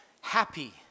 happy